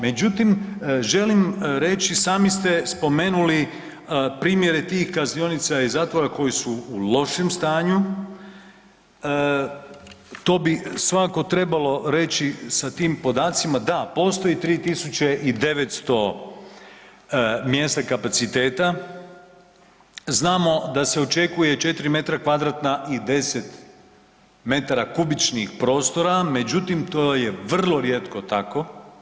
Međutim, želim reći, sami ste spomenuli primjere tih kaznionica i zatvora koji su u lošem stanju, to bi svakako trebalo reći sa tim podacima, da postoji 3900 mjesta kapaciteta, znamo da se očekuje 4m2 i 10m3 prostora, međutim to je vrlo rijetko tako.